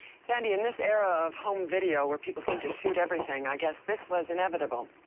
so and in this era of home video where people seem to shoot everything i guess this was inevitable.